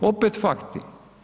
Opet fakti.